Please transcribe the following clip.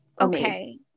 okay